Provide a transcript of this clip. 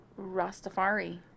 Rastafari